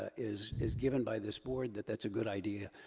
ah is is given by this board, that that's a good idea,